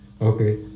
Okay